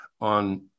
on